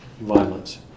violence